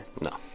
No